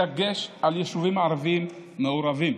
בדגש על יישובים ערביים מעורבים.